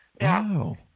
Wow